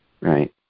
Right